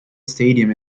stadium